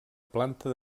planta